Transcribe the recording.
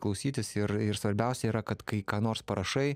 klausytis ir ir svarbiausia yra kad kai ką nors parašai